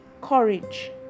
courage